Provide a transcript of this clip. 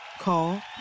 Call